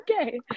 okay